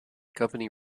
company